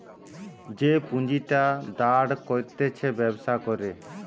যে পুঁজিটা দাঁড় করতিছে ব্যবসা করে